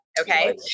Okay